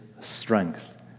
strength